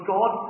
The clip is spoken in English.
God